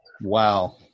Wow